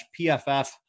PFF